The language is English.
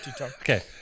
Okay